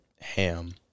ham